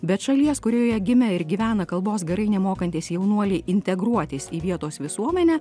bet šalies kurioje gimė ir gyvena kalbos gerai nemokantys jaunuoliai integruotis į vietos visuomenę